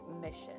mission